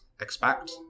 expect